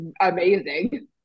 amazing